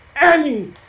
Annie